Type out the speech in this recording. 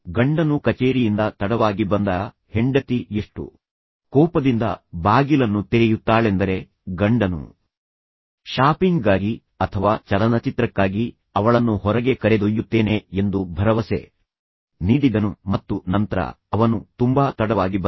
ಗಂಡನು ಕಚೇರಿಯಿಂದ ತಡವಾಗಿ ಬಂದಾಗ ಹೆಂಡತಿ ಎಷ್ಟು ಕೋಪದಿಂದ ಬಾಗಿಲನ್ನು ತೆರೆಯುತ್ತಾಳೆಂದರೆ ಗಂಡನು ಶಾಪಿಂಗ್ಗಾಗಿ ಅಥವಾ ಚಲನಚಿತ್ರಕ್ಕಾಗಿ ಅವಳನ್ನು ಹೊರಗೆ ಕರೆದೊಯ್ಯುತ್ತೇನೆ ಎಂದು ಭರವಸೆ ನೀಡಿದ್ದನು ಮತ್ತು ನಂತರ ಅವನು ತುಂಬಾ ತಡವಾಗಿ ಬಂದನು